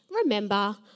remember